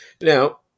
Now